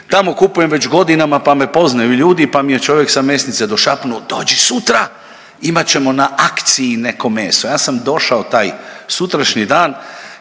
tamo kupujem već godinama pa me poznaju ljudi pa mi je čovjek sa mesnice došapnuo dođi sutra imat ćemo na akciji neko meso. Ja sam došao taj sutrašnji dan,